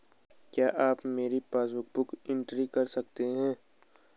क्या आप मेरी पासबुक बुक एंट्री कर सकते हैं?